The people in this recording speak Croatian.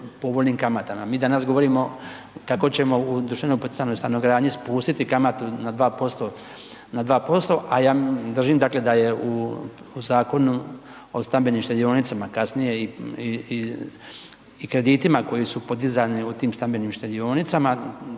Mi danas govorimo, kako ćemo u društvenoj poticajnoj stanogradnji, spustiti kamatu na 2%, a ja držim, dakle, da je u Zakonu o stambenim štedionicama, kasnije i kreditima, koje su podizani u tim stambenim štedionicama,